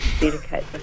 dedicate